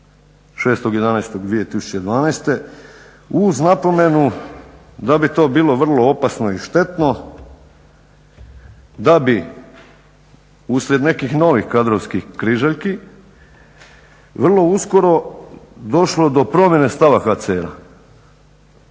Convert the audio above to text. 6.11.2012. uz napomenu da bi to bilo vrlo opasno i štetno, da bi uslijed nekih novih kadrovskih križaljki vrlo uskoro došlo do promjene stava HCR-a